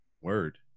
Word